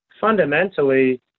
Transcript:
fundamentally